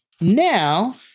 now